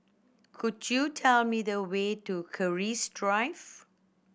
could you tell me the way to Keris Drive